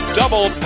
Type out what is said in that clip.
double